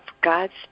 God's